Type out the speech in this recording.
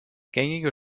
gängige